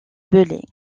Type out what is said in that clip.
belley